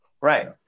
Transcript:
Right